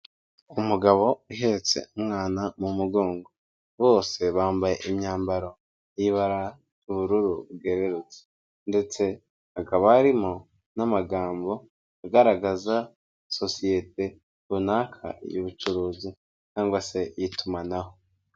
Umugabo uhetse umwana mu mugongo, bose bambaye imyambaro y'ibara ry'ubururu bwerurutse, ndetse hakaba harimo n'amagambo agaragaza sosiyete runaka y'ubucuruzi cyangwa se y'itumanaho.